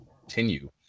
continue